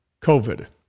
COVID